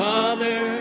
Father